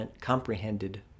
comprehended